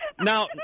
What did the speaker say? Now